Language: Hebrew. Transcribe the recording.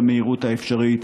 במהירות האפשרית,